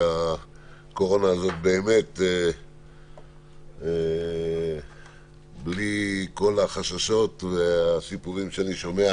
הקורונה הזאת בלי כל החששות והסיפורים שאני שומע